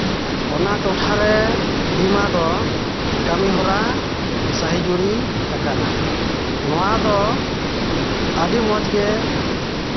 ᱚᱱᱟ ᱴᱚᱴᱷᱟᱨᱮ ᱵᱤᱢᱟ ᱫᱚ ᱠᱟᱹᱢᱤ ᱦᱚᱨᱟ ᱥᱟᱹᱦᱤ ᱡᱩᱦᱤ ᱟᱠᱟᱱᱟ ᱱᱚᱣᱟ ᱫᱚ ᱟᱹᱰᱤ ᱢᱚᱡᱽ ᱜᱮ